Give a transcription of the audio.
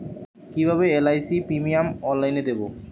কিভাবে LIC premium অনলাইনে দেবো?